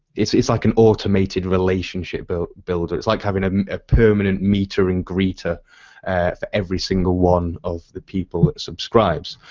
it's it's like an automated relationship bot builder. it's like having a permanent meeter and greeter for every single one of the peple that subscribes.